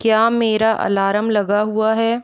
क्या मेरा अलार्म लगा हुआ है